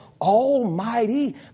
Almighty